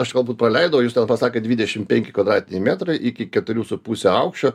aš galbūt paleidau jūs ten pasakėt dvidešim penki kvadratiniai metrai iki keturių su puse aukščio